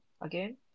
again